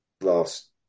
last